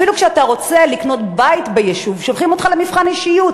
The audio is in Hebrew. אפילו כשאתה רוצה לקנות בית ביישוב שולחים אותך למבחן אישיות.